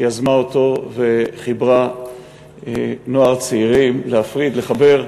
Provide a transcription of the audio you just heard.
שיזמה אותו וחיברה נוער, צעירים, להפריד, לחבר,